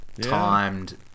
timed